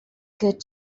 good